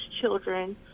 children